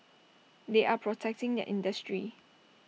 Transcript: they are protecting their industry